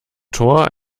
tor